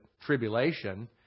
tribulation